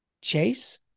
Chase